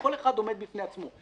שכל אחד עומד בפני עצמו.